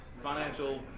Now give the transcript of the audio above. financial